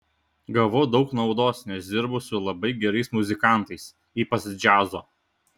gavau daug naudos nes dirbau su labai gerais muzikantais ypač džiazo